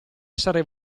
essere